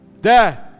Dad